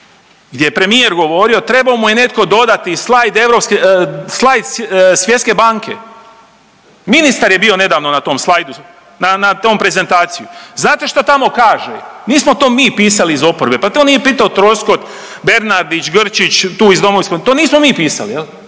gdje je premijer govorio, trebao mu je netko dodati i slajd Svjetske banke. Ministar je bio nedavno na tom slajdu, na toj prezentaciji. Znate šta tamo kaže? Nismo to mi pisali iz oporbe, pa to nije pisao Troskot, Bernardić, Grčić, tu iz Domovinskog. To nismo mi pisali